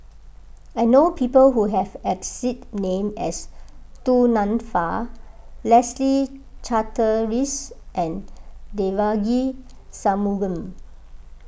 I know people who have exact name as Du Nanfa Leslie Charteris and Devagi Sanmugam